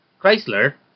Chrysler